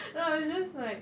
no I was just like